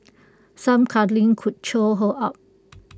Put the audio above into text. some cuddling could cheer her up